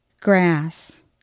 Grass